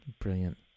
Brilliant